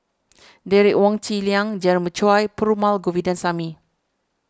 Derek Wong Zi Liang Jeremiah Choy and Perumal Govindaswamy